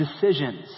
decisions